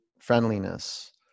friendliness